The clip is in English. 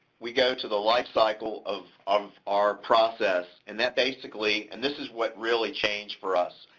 we go to the lifecycle of of our process, and that basically, and this is what really changed for us.